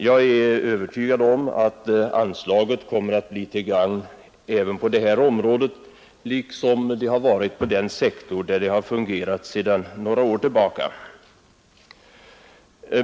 Jag är övertygad om att anslaget kommer att bli till gagn även på detta område liksom det har varit på den sektor där det har fungerat sedan några år tillbaka.